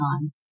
time